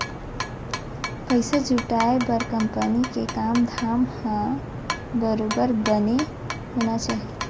पइसा जुटाय बर कंपनी के काम धाम ह बरोबर बने होना चाही